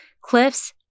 cliffs